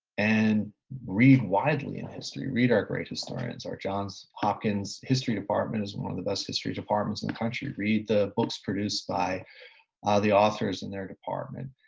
and read widely in history. read our great historians. our johns hopkins history department is one of the best history departments in the country. read the books produced by ah the authors in their department.